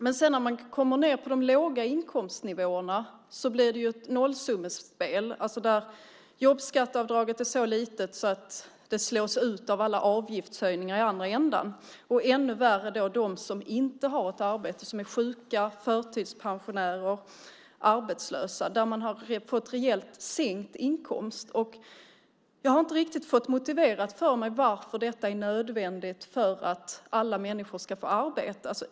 Men när man kommer ned på de låga inkomstnivåerna blir det ett nollsummespel, eftersom jobbskatteavdraget är så litet att det slås ut av alla avgiftshöjningar i den andra ändan. Ännu värre är det för dem som inte har ett arbete utan är sjuka, förtidspensionerade eller arbetslösa. De har fått en rejält sänkt inkomst. Jag har inte riktigt fått motiverat för mig varför det är nödvändigt att göra detta för att alla människor ska få arbete.